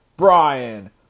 Brian